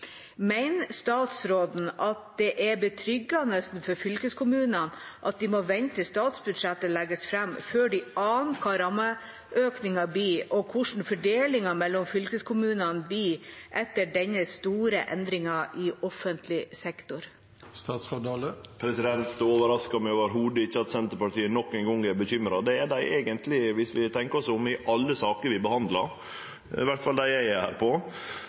det er betryggende for fylkeskommunene at de må vente til statsbudsjettet legges fram, før de aner hva rammeøkningen blir, og hvordan fordelingen mellom fylkeskommunene blir etter denne store endringen i offentlig sektor? Det overraskar meg ikkje i det heile at Senterpartiet nok ein gong er bekymra. Det er dei eigentleg – viss vi tenkjer oss om – i alle saker vi behandlar, i alle fall dei eg er med på